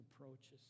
approaches